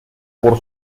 por